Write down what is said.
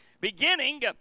Beginning